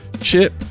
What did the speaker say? Chip